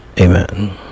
amen